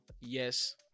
yes